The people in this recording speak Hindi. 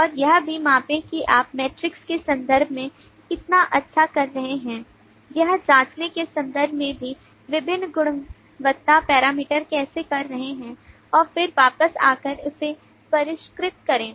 और यह भी मापें कि आप metrics के संदर्भ में कितना अच्छा कर रहे हैं यह जाँचने के संदर्भ में कि विभिन्न गुणवत्ता पैरामीटर कैसे कर रहे हैं और फिर वापस आकर उसे परिष्कृत करें